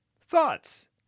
thoughts